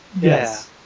Yes